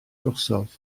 drosodd